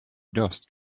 dust